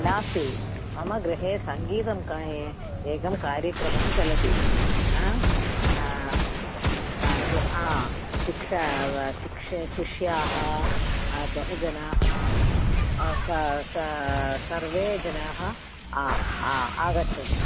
नास्ति मम गृहे सङ्गीतं का एकं कार्यक्रमं चलति कार्यं शिक्षा शिष्याः बहुजनाः सर्वे जनाः आगच्छन्ति